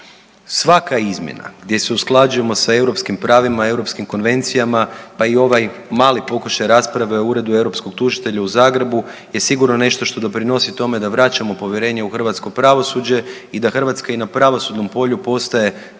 Svaka izmjena, gdje se usklađujemo s europskim pravima i europskim konvencijama, pa i ovaj mali pokušaj rasprave u Uredu europskog tužitelja u Zagrebu je sigurno nešto što doprinosi tome da vraćamo povjerenje u hrvatsko pravosuđe i da Hrvatska i na pravosudnom polju postaje punopravni